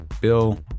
Bill